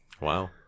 Wow